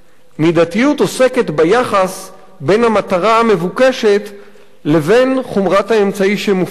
מידתיות עוסקת ביחס בין המטרה המבוקשת לבין חומרת האמצעי שמופעל,